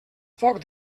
foc